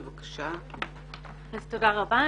תודה רבה.